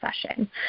session